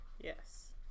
Yes